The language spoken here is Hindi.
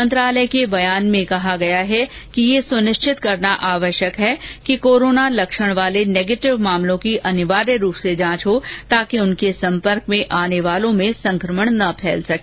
मंत्रालय के बयान में कहा गया है कि यह सुनिश्चित करना आवश्यक है कि कोरोना लक्षण वाले नेगेटिव मामलों की अनिवार्य रूप से जांच हो तॉकि उनके संपर्क में आने वालों में संक्रमण न फैल सके